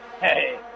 hey